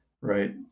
Right